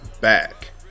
back